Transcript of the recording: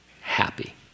happy